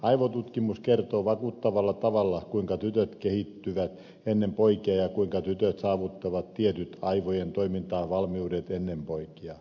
aivotutkimus kertoo vakuuttavalla tavalla kuinka tytöt kehittyvät ennen poikia ja kuinka tytöt saavuttavat tietyt aivojen toimintavalmiudet ennen poikia